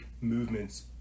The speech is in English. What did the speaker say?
movements